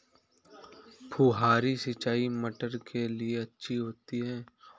फुहारी सिंचाई मटर के लिए अच्छी होती है?